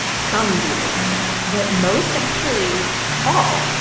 some do ok but most actually fall,